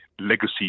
legacy